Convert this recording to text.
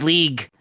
League